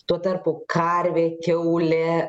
tuo tarpu karvė kiaulė